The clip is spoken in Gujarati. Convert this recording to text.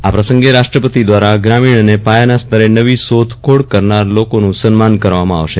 આ પ્રસંગે રાષ્ટ્રપતિ દ્વારા શ્રામીજ઼ અને પાયાના સ્તરે નવી શોધખોળ કરનાર લોકોનું સન્માન કરવામાં આવશે